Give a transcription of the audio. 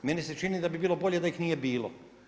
Meni se čini da bi bilo bolje da ih nije bilo.